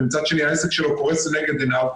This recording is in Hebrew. ומצד שני העסק שלו קורס לנגד עיניו,